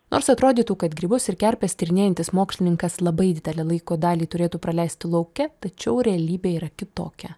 nors atrodytų kad grybus ir kerpes tyrinėjantis mokslininkas labai didelę laiko dalį turėtų praleisti lauke tačiau realybė yra kitokia